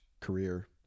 career